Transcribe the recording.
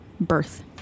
birth